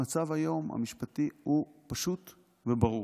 המצב המשפטי הוא פשוט וברור.